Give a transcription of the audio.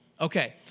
Okay